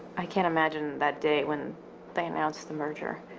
i can't imagine that day when they announced the merger,